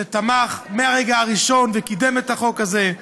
שתמך מהרגע הראשון וקידם את החוק הזה,